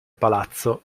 palazzo